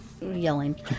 yelling